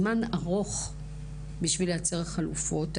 שהיה לכם זמן ארוך בשביל לייצר חלופות.